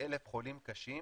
ל-1,000 חולים קשים